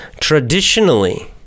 traditionally